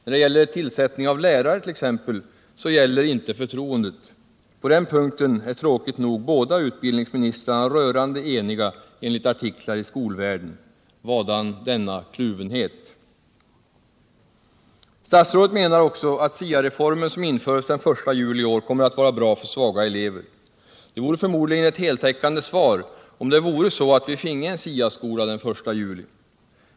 När det gäller tillsättning av lärare t.ex. gäller inte förtroendet. På den punkten är tråkigt nog båda utbildningsministrarna rörande eniga, enligt artiklar i Skolvärlden. Vadan denna kluvenhet? Statsrådet menar också att SIA-reformen, som införs den 1 juli i år, kommer att vara bra för svaga elever. Det vore förmodligen ett heltäckande svar om det vore så att vi finge en SIA-skola den I juli.